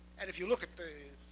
and if you look at the